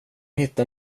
hitta